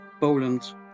Poland